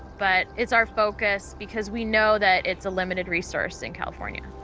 but it's our focus because we know that it's a limited resource in california.